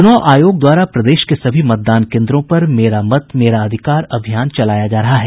चूनाव आयोग द्वारा प्रदेश के सभी मतदान केंद्रों पर मेरा मत मेरा अधिकार अभियान चलाया जा रहा है